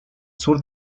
sur